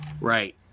right